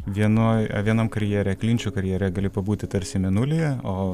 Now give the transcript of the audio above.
vienoj vienam karjere klinčių karjere gali pabūti tarsi mėnulyje o